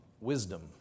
wisdom